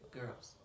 girls